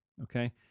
Okay